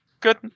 Good